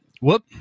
whoop